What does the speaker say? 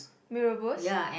mee-Rebus